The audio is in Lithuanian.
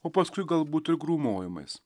o paskui galbūt ir grūmojimais